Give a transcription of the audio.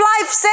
life